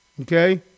Okay